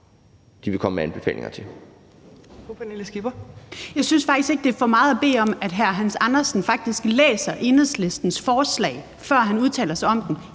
Pernille Skipper (EL): Jeg synes faktisk ikke, det er for meget at bede om, at hr. Hans Andersen faktisk læser Enhedslistens forslag, før han udtaler sig om det